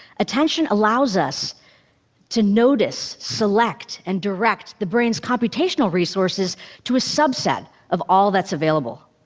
attention allows us to notice, select and direct the brain's computational resources to a subset of all that's available.